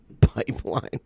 pipeline